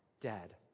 dead